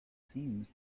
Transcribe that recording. seems